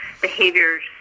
behaviors